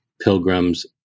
pilgrims